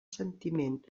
sentiment